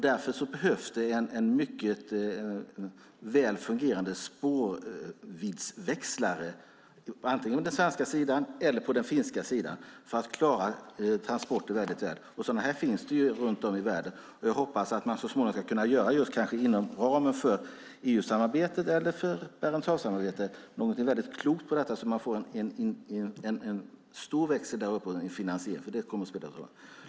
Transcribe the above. Därför behövs det en mycket väl fungerande spårviddsväxlare, antingen på den svenska sidan eller på den finska sidan, för att klara transporter riktigt väl. Sådana finns det runt om i världen. Jag hoppas att man så småningom ska kunna göra, kanske just inom ramen för EU-samarbetet eller Barentshavssamarbetet, någonting väldigt klokt på detta område så att man får en stor växel där uppe som är finansierad, för det kommer att spela roll.